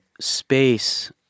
space